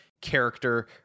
character